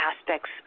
aspects